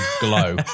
glow